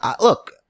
Look